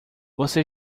você